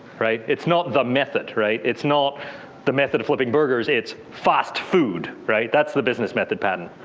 right. it's not the method, right. it's not the method flipping burgers. it's fast food, right. that's the business method patent.